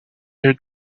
your